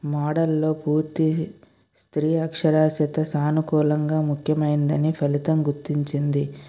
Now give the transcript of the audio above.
model లో పూర్తి స్త్రీ అక్షరాస్యత సానుకూలంగా ముఖ్యమైందని ఫలితం గుర్తించింది